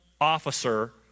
officer